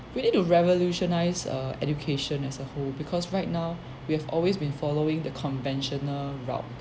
we need to revolutionize err education as a whole because right now we have always been following the conventional route